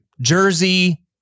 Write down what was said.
jersey